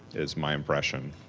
is my impression.